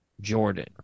Jordan